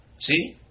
See